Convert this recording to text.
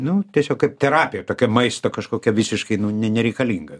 nu tiesiog kaip terapija tokia maisto kažkokia visiškai nu ne nereikalinga